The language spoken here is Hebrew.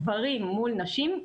גברים מול נשים,